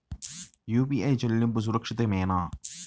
UPI చెల్లింపు సురక్షితమేనా?